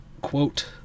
quote